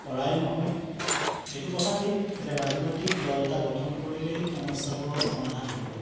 কৰাই নহয় এইটো কথা ঠিক যে ৰাজনৈতিক দল এটা গঠন কৰিলেই সমস্যাবোৰৰ সমাধান হ'ব